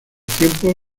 tiempos